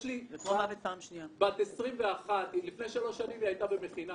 יש לי בת בגיל 21 שהייתה לפני שלוש שנים במכינה,